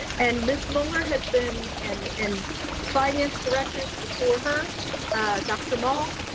and ms. muller has been, and and finance directors before her doctor mall,